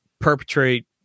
perpetrate